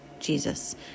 Jesus